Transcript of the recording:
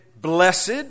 blessed